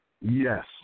Yes